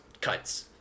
cuts